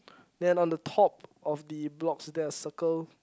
then on the top of the blocks there are circle